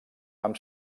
amb